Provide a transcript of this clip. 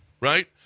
Right